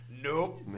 Nope